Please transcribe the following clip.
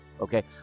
okay